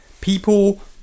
people